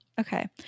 Okay